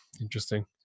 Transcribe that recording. interesting